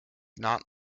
not